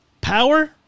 Power